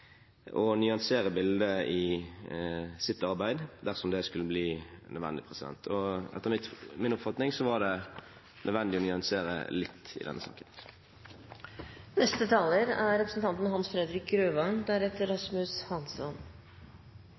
nyansere bildet i sitt arbeid, dersom det skulle bli nødvendig. Etter min oppfatning var det nødvendig å nyansere litt i denne saken. Et viktig mål for norsk utviklingsarbeid er